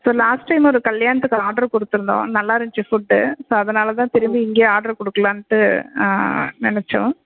so last time ஒரு கல்யாணத்துக்கு order கொடுத்துருந்தோம் நல்லா இருந்துச்சு ஃபுட்டு ஸோ அதனால தான் திரும்பி இங்கே ஆர்ட்ரு கொடுக்கலான்ட்டு நினச்சோம்